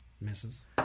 Misses